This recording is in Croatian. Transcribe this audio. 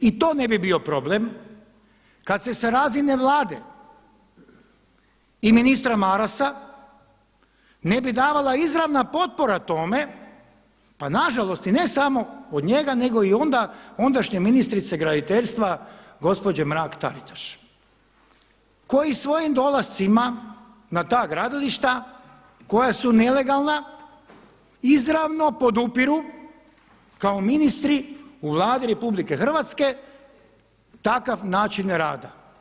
I to ne bi bio problem kada se sa razine Vlade i ministra Marasa ne bi davala izravna potpora tome, pa nažalost i ne samo od njega nego i onda ondašnje ministrice graditeljstva gospođe Mrak-Taritaš koji svojim dolascima na ta gradilišta koja su neelegalna izravno podupiru kao ministri u Vladi RH takav način rada.